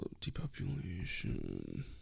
Depopulation